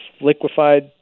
liquefied